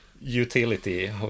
utility